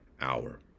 hour